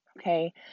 Okay